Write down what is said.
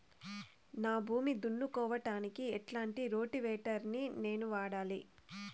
నా భూమి దున్నుకోవడానికి ఎట్లాంటి రోటివేటర్ ని నేను వాడాలి?